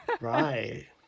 Right